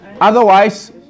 otherwise